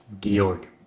Georg